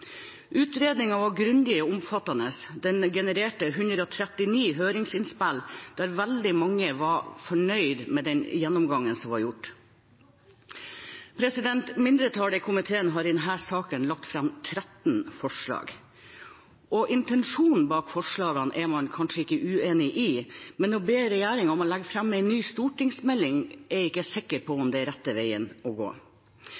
Utredningen var grundig og omfattende. Den genererte 139 høringsinnspill, der veldig mange var fornøyd med den gjennomgangen som var gjort. Mindretallet i komiteen har i denne saken lagt fram 14 forslag. Intensjonen bak forslagene er man kanskje ikke uenig i, men å be regjeringen legge fram en ny stortingsmelding, er jeg ikke sikker på